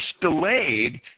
delayed